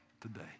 today